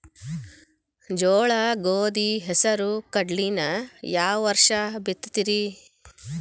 ಜೋಳ, ಗೋಧಿ, ಹೆಸರು, ಕಡ್ಲಿನ ಯಾವ ವರ್ಷ ಬಿತ್ತತಿರಿ?